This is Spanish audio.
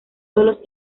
solos